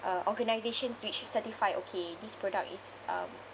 uh organizations which certify okay this product is um